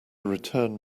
return